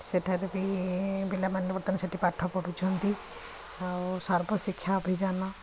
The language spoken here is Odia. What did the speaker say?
ସେଠାରେ ବି ପିଲାମାନେ ବର୍ତ୍ତମାନ ସେଠି ପାଠ ପଢ଼ୁଛନ୍ତି ଆଉ ସର୍ବଶିକ୍ଷା ଅଭିଯାନ